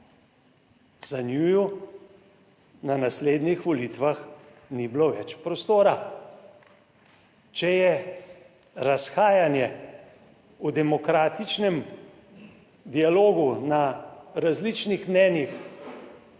zanju na naslednjih volitvah ni bilo več prostora. Če je razhajanje v demokratičnem dialogu na različnih mnenjih,